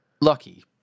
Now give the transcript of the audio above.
lucky